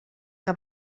que